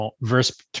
verse